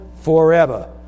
forever